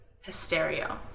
hysteria